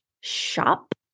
shop